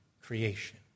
creation